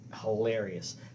hilarious